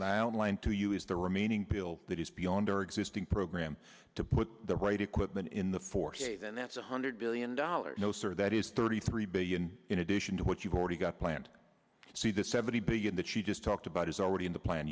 and i outlined to you is the remaining pill that is beyond our existing program to put the right equipment in the forty eight and that's one hundred billion dollars no sir that is thirty three billion in addition to what you've already got planned see the seventy billion that you just talked about is already in the plan